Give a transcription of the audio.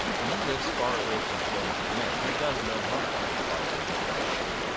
when he lives far away from the homes of men he does no harm, replied old mother nature.